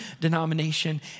denomination